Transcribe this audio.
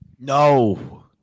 No